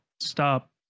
stop